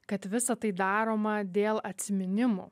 kad visa tai daroma dėl atsiminimų